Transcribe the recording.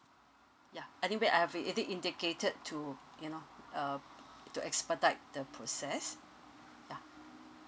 ya anyway I have indi~ indicated to you know uh to expedite the process ya